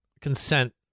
consent